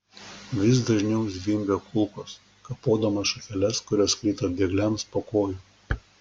vis dažniau zvimbė kulkos kapodamos šakeles kurios krito bėgliams po kojų